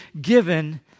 given